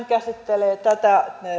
käsittelee tätä